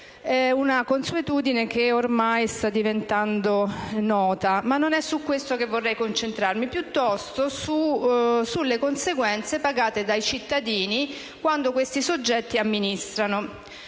una consuetudine che ormai sta diventando nota. Ma non è su questo che vorrei concentrarmi, quanto piuttosto sulle conseguenze pagate dai cittadini quando questi soggetti amministrano.